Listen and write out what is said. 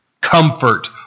comfort